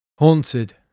Haunted